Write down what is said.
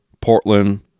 Portland